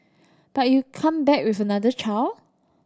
but you come back with another child